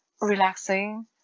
relaxing